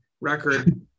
record